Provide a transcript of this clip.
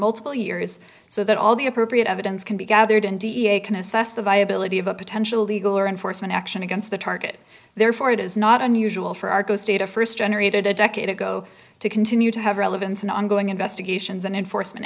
multiple years so that all the appropriate evidence can be gathered and da can assess the viability of a potential legal or enforcement action against the target therefore it is not unusual for arcos data first generated a decade ago to continue to have relevant and ongoing investigations and enforcement